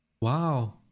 Wow